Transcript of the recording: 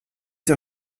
der